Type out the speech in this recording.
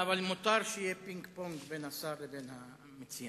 אבל מותר שיהיה פינג-פונג בין השר לבין המציע.